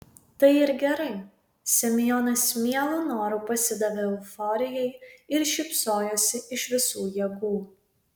tai ir gerai semionas mielu noru pasidavė euforijai ir šypsojosi iš visų jėgų